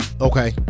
okay